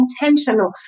intentional